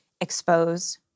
expose